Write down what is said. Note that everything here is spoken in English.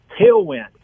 tailwind